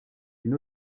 une